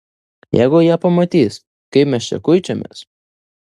jeigu jie pamatys kaip mes čia kuičiamės